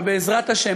בעזרת השם,